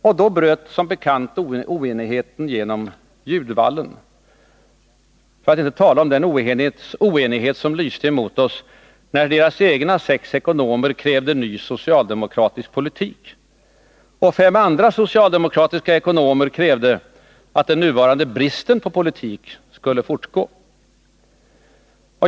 Och då bröt som bekant oenigheten igenom ljudvallen — för att inte tala om den oenighet som lyste emot oss när deras egna sex ekonomer krävde ny socialdemokratisk politik och fem andra socialdemokratiska ekonomer krävde att den nuvarande bristen på politik skulle fortgå.